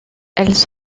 elles